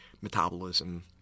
metabolism